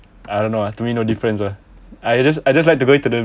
I don't know lah to me no difference ah I just I just like to go into the